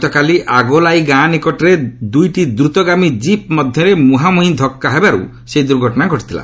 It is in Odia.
ଗତକାଲି ଆଗୋଲାଇ ଗାଁ ନିକଟରେ ଦୁଇଟି ଦ୍ରତଗାମୀ ଜିପ୍ ମଧ୍ୟରେ ମୁହାଁମୁହିଁ ଧକ୍କା ହେବାରୁ ସେହି ଦୁର୍ଘଟଣା ଘଟିଛି